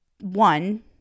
one